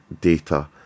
data